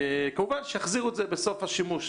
כמובן שהם יחזירו בסוף השימוש.